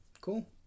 Cool